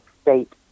state